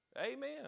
Amen